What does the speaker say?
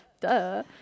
Duh